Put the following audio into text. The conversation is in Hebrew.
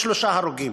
שלושה הרוגים,